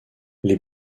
les